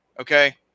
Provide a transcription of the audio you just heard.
Okay